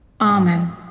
Amen